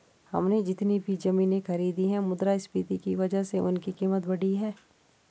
हमने जितनी भी जमीनें खरीदी हैं मुद्रास्फीति की वजह से उनकी कीमत बढ़ी है